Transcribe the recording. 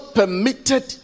permitted